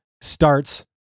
starts